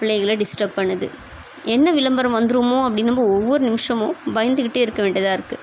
பிள்ளைகளை டிஸ்ட்டப் பண்ணுது என்ன விளம்பரம் வந்துடுமோ அப்படின்னு நம்ம ஒவ்வொரு நிமிடமும் பயந்துகிட்டே இருக்க வேண்டியதாக இருக்குது